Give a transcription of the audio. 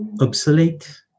obsolete